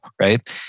right